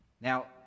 Now